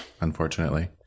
unfortunately